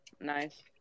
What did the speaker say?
Nice